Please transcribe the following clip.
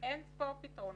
אינספור פתרונות.